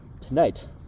Tonight